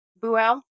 Buell